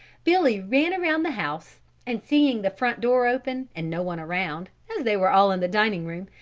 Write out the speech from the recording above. billy ran around the house and seeing the front door open and no one around, as they were all in the dining room,